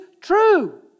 true